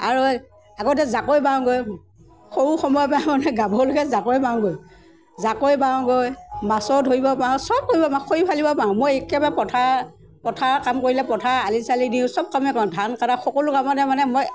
আৰু আগতে জাকৈ বাওঁগৈ সৰু সময়ৰপৰা মানে গাভৰুলৈকে জাকৈ বাওঁগৈ জাকৈ বাওঁগৈ মাছো ধৰিব পাৰোঁ চব কৰিব পাৰোঁ খৰি ফালিব পাৰোঁ মই একেবাৰে পথাৰ পথাৰৰ কাম কৰিলে পথাৰৰ আলি চালি দিওঁ চব কামেই কৰোঁ ধান কাটা সকলো কামতে মানে মই